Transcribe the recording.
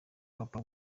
papa